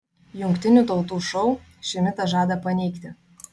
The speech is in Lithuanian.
jungtinių tautų šou šį mitą žada paneigti